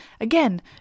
Again